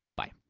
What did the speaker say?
bye.